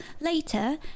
later